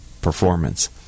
performance